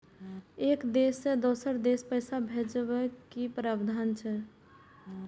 एक देश से दोसर देश पैसा भैजबाक कि प्रावधान अछि??